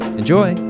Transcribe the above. enjoy